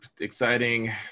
exciting